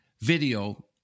video